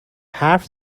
حرف